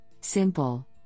simple